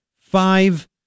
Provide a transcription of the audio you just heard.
Five